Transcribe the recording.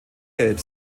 gelb